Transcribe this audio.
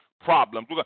problems